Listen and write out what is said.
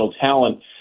talent